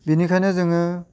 बिनिखायनो जोङो